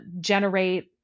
generate